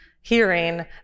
hearing